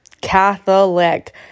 Catholic